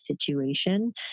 situation